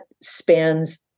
spans